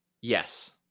Yes